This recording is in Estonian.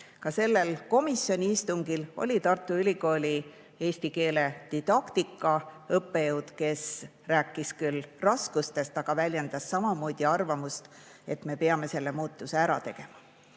Sellel komisjoni istungil oli Tartu Ülikooli eesti keele didaktika õppejõud, kes rääkis küll raskustest, aga väljendas samamoodi arvamust, et me peame selle muutuse ära tegema.